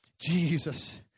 Jesus